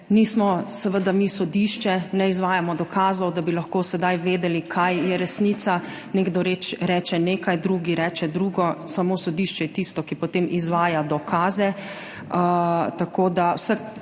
Nismo seveda mi sodišče, ne izvajamo dokazov, da bi lahko sedaj vedeli, kaj je resnica, nekdo reč nekaj, drugi reče drugo, samo sodišče je tisto, ki potem izvaja dokaze. Pozivam